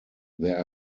there